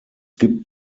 gibt